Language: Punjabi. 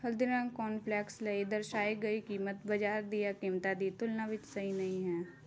ਹਲਦੀਰਾਮ ਕੋਨਫਲੈਕਸ ਲਈ ਦਰਸਾਈ ਗਈ ਕੀਮਤ ਬਾਜ਼ਾਰ ਦੀਆਂ ਕੀਮਤਾਂ ਦੀ ਤੁਲਨਾ ਵਿੱਚ ਸਹੀ ਨਹੀਂ ਹੈ